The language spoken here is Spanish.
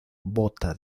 bota